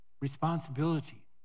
responsibility